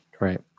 Right